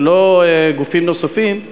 ולא גופים נוספים,